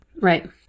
Right